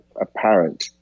apparent